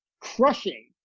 crushing